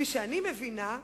כפי שאני מבינה,